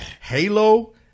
Halo